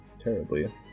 Terribly